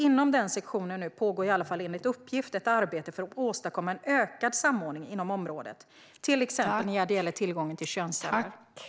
Inom denna sektion pågår enligt uppgift ett arbete för att åstadkomma en ökad samordning inom området, till exempel när det gäller tillgången till könsceller.